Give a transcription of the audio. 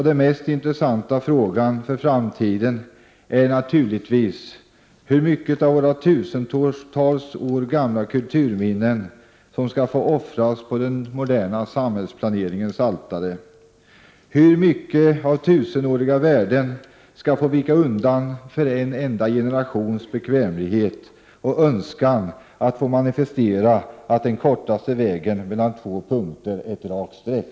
Den mest intressanta frågan för framtiden är naturligtvis hur många av våra flera tusen år gamla kulturminnen som skall få offras på den moderna samhällsplaneringens altare, och hur mycket av tusenåriga värden som skall få vika undan för en enda generations bekvämlighet och önskan att manifestera att den kortaste vägen mellan två punkter är ett rakt streck.